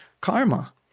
karma